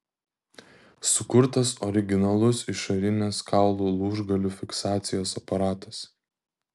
sukurtas originalus išorinės kaulų lūžgalių fiksacijos aparatas